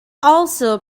also